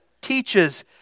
teaches